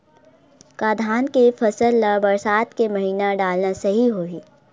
का धान के फसल ल बरसात के महिना डालना सही होही?